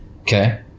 Okay